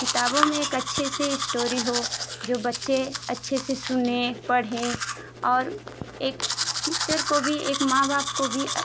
किताबों में एक अच्छे से इश्टोरी हो जो बच्चे अच्छे से सुने पढ़ें और एक टीचर को भी एक माँ बाप को भी